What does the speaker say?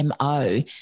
MO